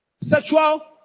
Sexual